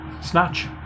Snatch